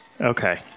Okay